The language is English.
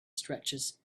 stretches